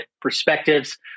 perspectives